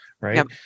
Right